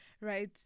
Right